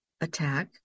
attack